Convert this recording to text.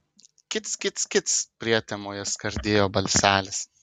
kic kic kic prietemoje skardėjo balselis